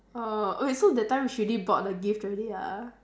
uh wait so that time she already bought the gift already ah